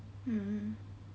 mmhmm